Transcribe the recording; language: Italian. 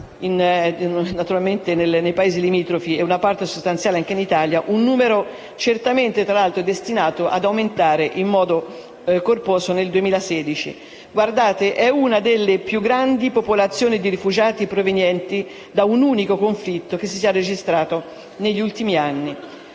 naturalmente nei Paesi limitrofi e una parte sostanziale anche in Italia; si tratta di un numero certamente destinato ad aumentare in modo corposo nel 2016: è una delle più grandi popolazioni di rifugiati provenienti da un unico conflitto che si sia registrata negli ultimi anni.